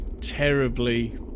terribly